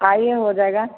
आइए हो जाएगा